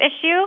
issue